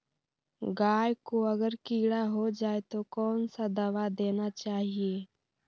गाय को अगर कीड़ा हो जाय तो कौन सा दवा देना चाहिए?